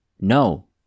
No